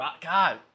God